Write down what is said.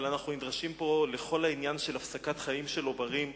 אבל אנחנו נדרשים פה לכל העניין של הפסקת חיים של עוברים,